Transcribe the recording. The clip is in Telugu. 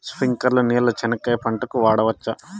స్ప్రింక్లర్లు నీళ్ళని చెనక్కాయ పంట కు వాడవచ్చా?